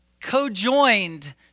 co-joined